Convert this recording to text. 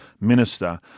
minister